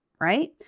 right